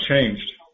changed